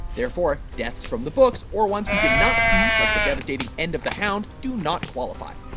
therefore, deaths from the books or ones we did not see, like the devastating end of the hound do not qualify.